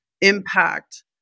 impact